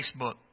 Facebook